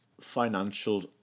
financial